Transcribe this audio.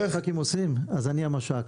המש"קים עושים, אז אני המש"ק.